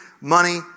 money